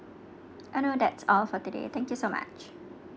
uh no that's all for today thank you so much